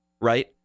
Right